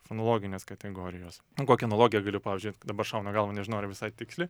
fonologinės kategorijos nu kokią analogiją galiu pavyzdžiui dabar šauna į galvą nežinau ar visai tiksli